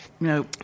No